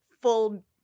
Full